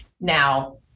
now